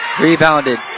Rebounded